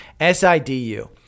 SIDU